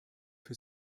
für